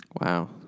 Wow